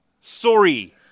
Sorry